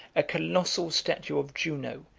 a colossal statue of juno,